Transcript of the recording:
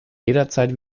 jederzeit